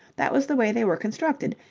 that was the way they were constructed,